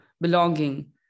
belonging